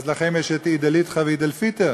ולכם יש עיד אל-אדחא ועיד אל-פיטר,